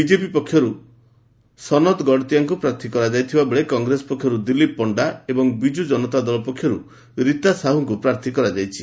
BJP ପକ୍ଷରୁ ସନତ ଗଡତିଆଙ୍କ ପ୍ରାର୍ଥୀ କରାଯାଇଥିବାବେଳେ କଂଗ୍ରେସ ପକ୍ଷର୍ ଦିଲ୍ଲୀପ ପଣ୍ଢା ଏବଂ ବିଳୁ ଜନତା ଦଳ ପକ୍ଷରୁ ରୀତା ସାହୁଙ୍କୁ ପ୍ରାର୍ଥୀ କରାଯାଇଛି